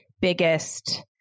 Biggest